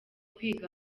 kwiga